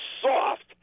soft